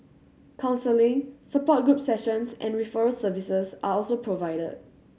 counselling support group sessions and referral services are also provided